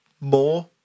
more